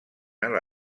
ala